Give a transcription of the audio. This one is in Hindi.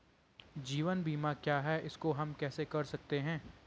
जीवन बीमा क्या है इसको हम कैसे कर सकते हैं?